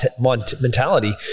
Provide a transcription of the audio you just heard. mentality